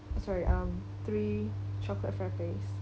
sorry um three chocolate frappes